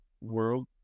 world